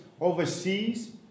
overseas